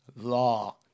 law